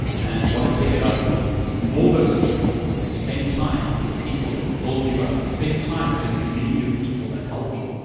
and want to take it out on and you. ignore those people and spend time with people that build you up. spend time with a community of people that help you.